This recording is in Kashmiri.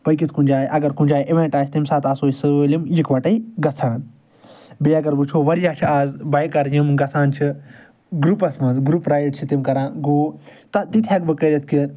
پٔکِتھ کُنہِ جایہِ اگر کُنہِ جایہِ اِویٚنٹ آسہِ تمہ ساتہٕ آسو أسۍ سٲلِم اِکوٹے گَژھان بیٚیہِ اگر وٕچھو واریاہ چھِ آز بایکَر یِم گَژھان چھِ گرُپَس مَنٛز گرُپ رایڈ چھِ تِم کَران گوٚو تِتہِ ہیٚکہٕ بہٕ کٔرِتھ کہِ